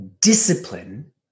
discipline